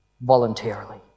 voluntarily